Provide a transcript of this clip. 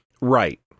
Right